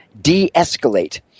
de-escalate